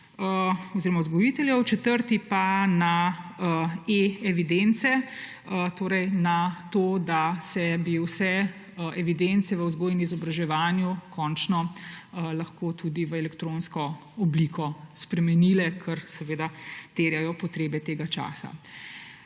oziroma vzgojiteljev, četrti pa na e-evidence, torej na to, da bi se vse evidence v vzgoji in izobraževanju končno lahko tudi spremenile v elektronsko obliko, kar seveda terjajo potrebe tega časa.